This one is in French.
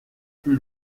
plus